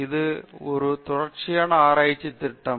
இது ஒரு தொடர்ச்சியான ஆராய்ச்சி திட்டம்